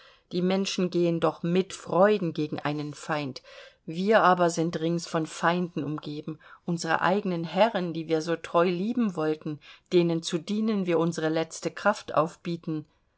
die menschen gehen doch mit freunden gegen einen feind wir aber sind rings von feinden umgeben unsere eigenen herren die wir so treu lieben wollten denen zu dienen wir unsere letzte kraft aufbieten